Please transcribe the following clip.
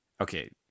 okay